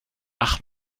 ach